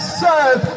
serve